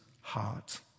heart